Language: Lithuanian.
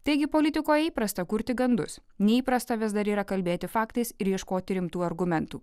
taigi politikoj įprasta kurti gandus neįprasta vis dar yra kalbėti faktais ir ieškoti rimtų argumentų